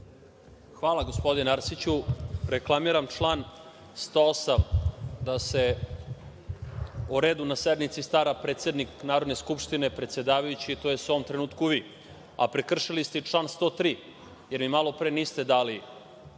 Hvala, gospodine Arsiću. Reklamiram član 108. – da se o redu na sednici stara predsednik Narodne skupštine, predsedavajući, tj. u ovom trenutku vi. Prekršili ste i član 103. jer mi malopre niste dali